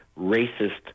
racist